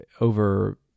over